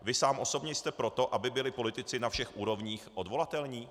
Vy sám osobně jste pro to, aby byli politici na všech úrovních odvolatelní?